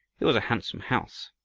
it was a handsome house,